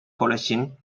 collection